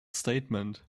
statement